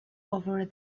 over